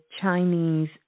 Chinese